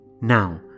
Now